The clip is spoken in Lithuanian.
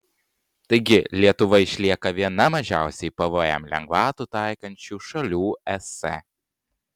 taigi lietuva išlieka viena mažiausiai pvm lengvatų taikančių šalių es